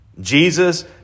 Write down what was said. Jesus